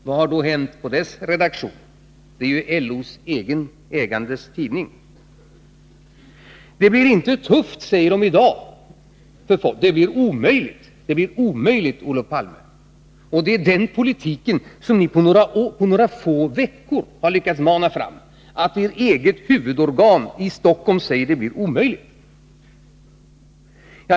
Vad har då hänt på dess redaktion? Det är ju LO:s egen ägandes tidning. Det blir inte tufft för folk, säger den i dag, det blir omöjligt, Olof Palme. Det är den politiken som ni på några få veckor har lyckats mana fram, så att ert eget huvudorgan i Stockholm säger att det blir omöjligt.